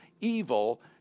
evil